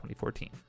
2014